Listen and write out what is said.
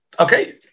Okay